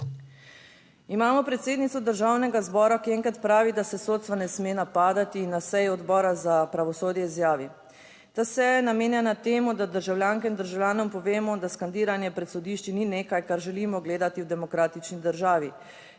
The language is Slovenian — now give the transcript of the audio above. Imamo predsednico Državnega zbora, ki enkrat pravi, da se sodstva ne sme napadati, na seji Odbora za pravosodje izjavi: Ta seja je namenjena temu, da državljankam in državljanom povemo, da skandiranje pred sodišči ni nekaj kar želimo gledati v demokratični državi.